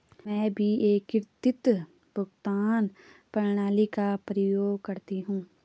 मैं भी एकीकृत भुगतान प्रणाली का प्रयोग करती हूं